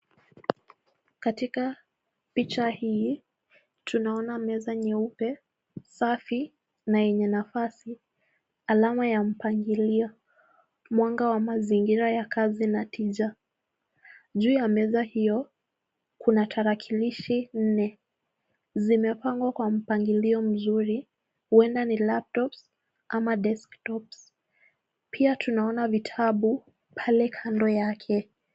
Katika picha hii tunaona meza nyeupe, safi na yenye nafasi, alama ya mpangilio, mwanga wa mazingira ya kazi na tija. Juu ya meza hiyo kuna tarakilishi nne zimepangwa kwa mpangilio mzuri. Huenda ni laptops ama desktops . Pia tunaona vitabu pale kando yake.